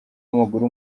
w’amaguru